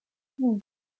mm